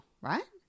right